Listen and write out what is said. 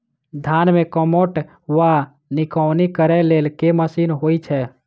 धान मे कमोट वा निकौनी करै लेल केँ मशीन होइ छै?